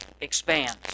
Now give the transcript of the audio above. expands